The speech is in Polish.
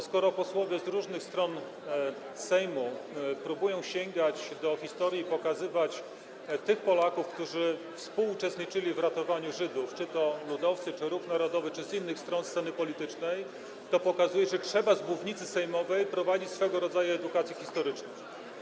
Skoro posłowie z różnych stron Sejmu próbują sięgać do historii i pokazywać tych Polaków, którzy współuczestniczyli w ratowaniu Żydów, czy to ludowcy, czy Ruch Narodowy, czy z innych stron sceny politycznej, to pokazuje, że trzeba z mównicy sejmowej prowadzić swego rodzaju edukację historyczną.